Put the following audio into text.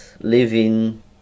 living